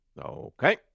Okay